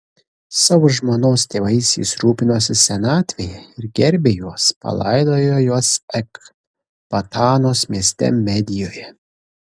savo žmonos tėvais jis rūpinosi senatvėje ir gerbė juos palaidojo juos ekbatanos mieste medijoje